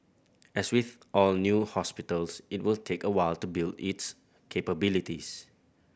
as with all new hospitals it will take a while to build its capabilities